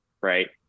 right